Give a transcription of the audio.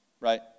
right